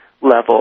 level